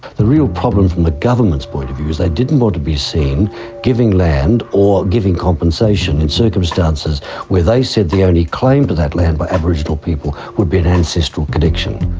the real problem from the government's point of view is they didn't want to be seen giving land or giving compensation in circumstances where they said the only claim for that land by aboriginal people would be an ancestral connection.